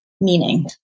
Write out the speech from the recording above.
meaning